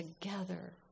together